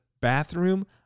bathroom